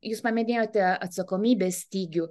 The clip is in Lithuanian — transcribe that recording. jūs paminėjote atsakomybės stygių